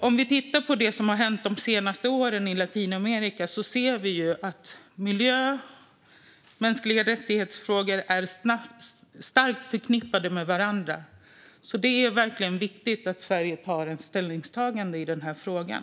Om vi tittar på det som hänt i Latinamerika de senaste åren ser vi att frågor om miljö och mänskliga rättigheter är starkt förknippade med varandra, så det är verkligen viktigt att Sverige tar ställning i den här frågan.